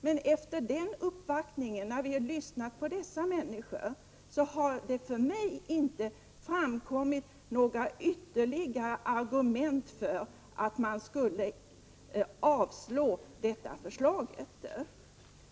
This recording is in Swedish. Men när vi lyssnat till dessa människor har det för mig inte framkommit några ytterligare argument för att man skulle avslå detta förslag.